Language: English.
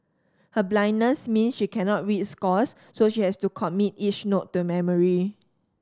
her blindness means she cannot read scores so she has to commit each note to memory